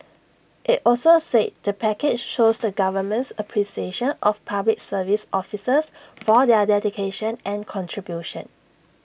IT also said the package shows the government's appreciation of Public Service officers for their dedication and contribution